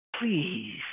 Please